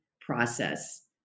process